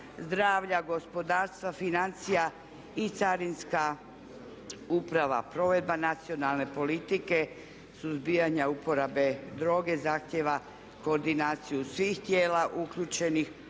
zdravlja, gospodarstva, financija i Carinska uprava. Provedba nacionalne politike suzbijanja uporabe droge zahtijeva koordinaciju svih tijela uključenih